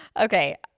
Okay